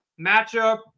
Matchup